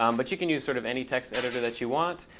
um but you can use sort of any text editor that you want.